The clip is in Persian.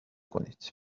کنید